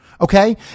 okay